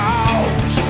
out